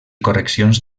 correccions